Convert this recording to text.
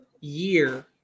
year